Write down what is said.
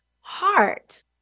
heart